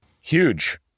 Huge